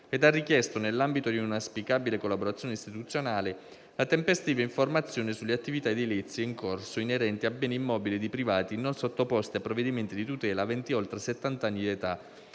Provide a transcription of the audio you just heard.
ed ha richiesto, nell'ambito di una auspicabile collaborazione istituzionale, la tempestiva informazione sulle attività edilizie in corso, inerenti a beni immobili di privati non sottoposti a provvedimenti di tutela, aventi oltre settanta anni di età,